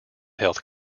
health